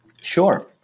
Sure